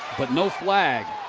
but no flag.